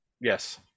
Yes